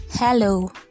Hello